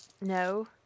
No